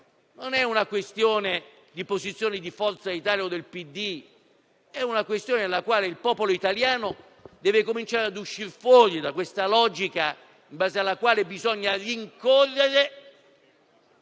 Non è una questione di posizioni di Forza Italia o del Partito Democratico. Il popolo italiano deve cominciare a uscire fuori dalla logica in base alla quale bisogna rincorrere